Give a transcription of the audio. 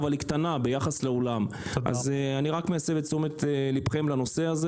אבל היא קטנה ביחס לעולם אז אני רק מסב את תשומת ליבכם לנושא הזה